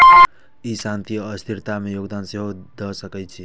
ई शांति आ स्थिरता मे योगदान सेहो दए सकै छै